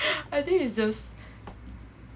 I think is just